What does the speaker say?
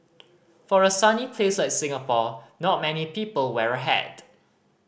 for a sunny place like Singapore not many people wear a hat